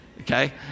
okay